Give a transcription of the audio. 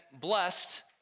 blessed